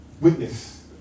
witness